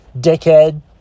dickhead